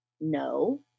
No